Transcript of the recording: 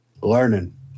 Learning